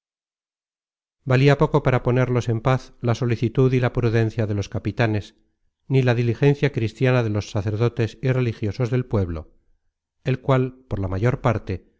valia poco para ponerlos en paz la solicitud y la prudencia de los capitanes ni la diligencia cristiana de los sacerdotes y religiosos del pueblo el cual por la mayor parte